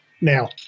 Now